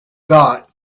got